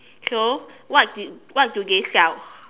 so what did what do they sell